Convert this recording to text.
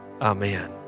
Amen